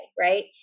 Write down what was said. right